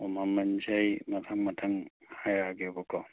ꯑꯣ ꯃꯃꯟꯁꯦ ꯑꯩ ꯃꯊꯪ ꯃꯊꯪ ꯍꯥꯏꯔꯛꯑꯒꯦꯕꯀꯣ